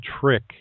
trick